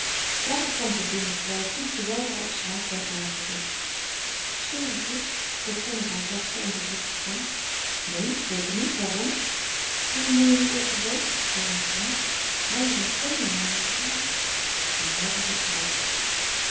daarop kwam zij binnen terwijl het koetsje weldra op straat wegratelde stoor ik je vroeg zij met hare zachte onderdrukte stem neen zeker niet waarom waarom ben je niet even boven gekomen frans reijer heeft tweemaal naar je gevraagd hij haalde de schouders op